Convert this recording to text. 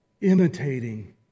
imitating